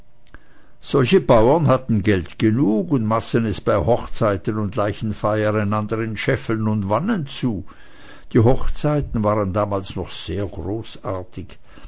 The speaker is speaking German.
solche bauern hatten geld genug und maßen es bei hochzeiten und leichenfeiern einander in scheffeln und wannen zu die hochzeiten waren dazumal noch sehr großartig